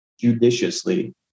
Judiciously